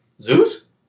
Zeus